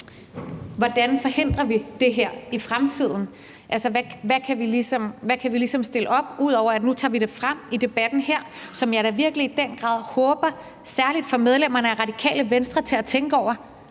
hvordan vi forhindrer det her i fremtiden, og hvad vi ligesom kan stille op, ud over at vi nu tager det frem i debatten her, som jeg da virkelig i den grad håber særlig får medlemmerne af Radikale Venstre til at tænke over,